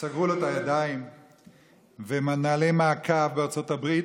סגרו לו את הידיים וניהלו מעקב בארצות הברית,